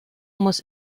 muss